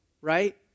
right